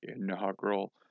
inaugural